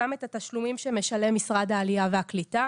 גם את התשלומים שמשלם משרד העלייה והקליטה